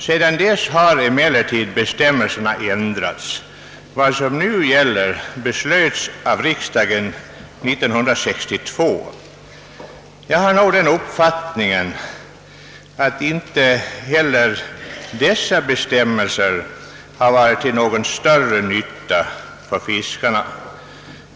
Sedan dess har emellertid bestämmelserna ändrats, och de regler som nu gäller beslöts av riksdagen 1962. Jag har nog den uppfattningen, att inte heller dessa bestämmelser har varit till någon större nytta för våra fiskare.